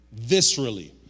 viscerally